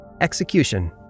Execution